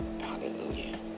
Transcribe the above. Hallelujah